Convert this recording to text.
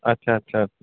ਅੱਛਾ ਅੱਛਾ